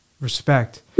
Respect